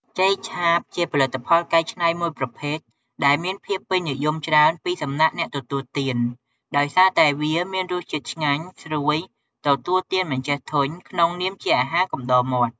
ចេកឆាបជាផលិតផលកែច្នៃមួយប្រភេទដែលមានភាពពេញនិយមច្រើនពីសំណាក់អ្នកទទួលទាន ដោយសារតែវាមានរសជាតិឆ្ងាញ់ ស្រួយ ទទួលទានមិនចេះធុញក្នុងនាមជាអាហារកំដរមាត់។